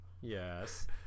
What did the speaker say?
Yes